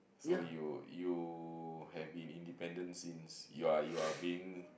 so you you have been independent since you are you are being